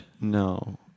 No